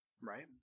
Right